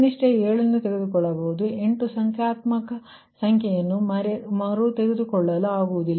ಕನಿಷ್ಠ 7ನ್ನು ತೆಗೆದುಕೊಳ್ಳಬಹುದು 8 ಸಂಖ್ಯಾತ್ಮಕ ಸಂಖ್ಯೆಗಳನ್ನು ಮರು ತೆಗೆದುಕೊಳ್ಳಲು ಆಗುವುದಿಲ್ಲ